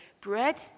bread